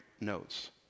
notes